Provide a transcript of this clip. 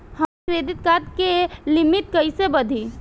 हमार credit card के limit कइसे बढ़ी?